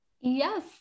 Yes